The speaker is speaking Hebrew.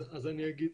אז אני אגיד